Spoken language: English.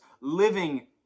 living